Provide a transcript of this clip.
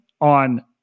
on